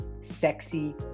sexy